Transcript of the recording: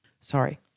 sorry